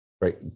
right